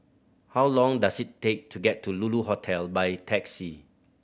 how long does it take to get to Lulu Hotel by taxi